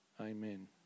amen